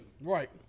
Right